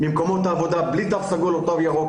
ממקומות העבודה בלי תו ירוק או תו סגול,